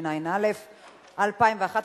התשע"א 2011,